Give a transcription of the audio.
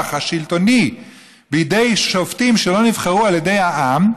השלטוני בידי שופטים שלא נבחרו על ידי העם,